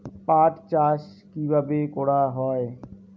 পাট চাষ কীভাবে করা হয়?